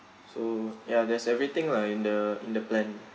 so ya there's everything lah in the in the plan